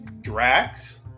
Drax